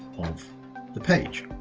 of the page.